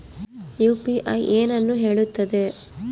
UPI ಏನನ್ನು ಹೇಳುತ್ತದೆ?